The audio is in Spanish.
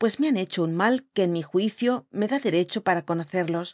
pues me han hecho un mal que en mi juicio me da derecho para conocerlos